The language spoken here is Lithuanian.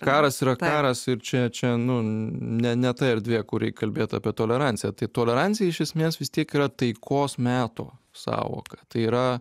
karas yra karas ir čia čia nu ne ne ta erdvė kur reik kalbėt apie toleranciją tai tolerancija iš esmės vis tiek yra taikos meto sąvoka tai yra